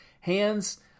hands